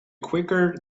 quicker